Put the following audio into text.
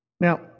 Now